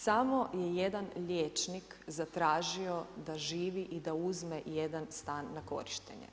Samo je jedan liječnik zatražio da živi i da uzme jedan stan na korištenje.